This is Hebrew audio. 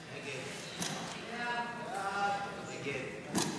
סעיפים 1 11 נתקבלו.